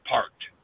Parked